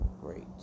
great